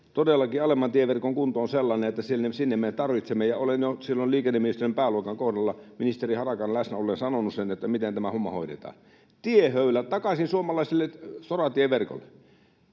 Todellakin alemman tieverkon kunto on sellainen, että sinne me tarvitsemme. Olen jo silloin liikenneministeriön pääluokan kohdalla ministeri Harakan läsnä ollen sanonut sen, miten tämä homma hoidetaan: tiehöylät takaisin suomalaiselle soratieverkolle.